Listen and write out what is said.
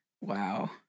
Wow